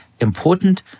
important